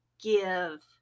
give